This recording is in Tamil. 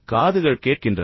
காதுகள் கேட்கின்றன